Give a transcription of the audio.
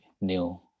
new